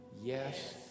Yes